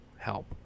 help